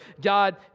God